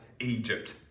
Egypt